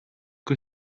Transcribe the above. que